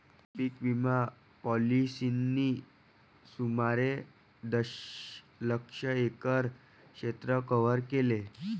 पीक विमा पॉलिसींनी सुमारे दशलक्ष एकर क्षेत्र कव्हर केले